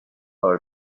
are